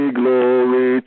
glory